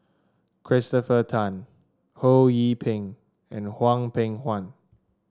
Christopher Tan Ho Yee Ping and Hwang Peng Huan